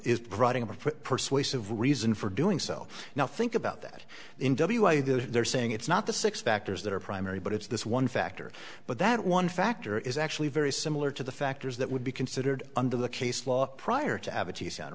providing a persuasive reason for doing so now think about that in w i they're saying it's not the six factors that are primary but it's this one factor but that one factor is actually very similar to the factors that would be considered under the case law prior to